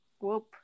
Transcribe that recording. whoop